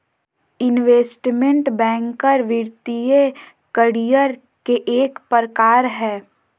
investment banker वित्तीय career के एक प्रकार हय